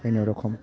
खुनुरखुम